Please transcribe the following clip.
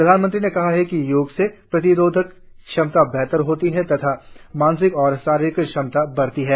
प्रधानमंत्री ने कहा कि योग से प्रतिरोधक क्षमता बेहतर होती है तथा मानसिक और शारीरिक सक्षमता बढ़ती है